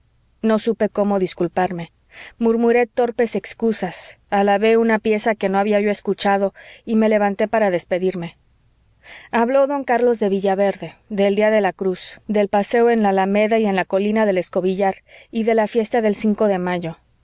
no supe como disculparme murmuré torpes excusas alabé una pieza que no había yo escuchado y me levanté para despedirme habló don carlos de villaverde del día de la cruz del paseo en la alameda y en la colina del escobillar y de la fiesta del cinco de mayo